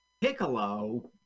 piccolo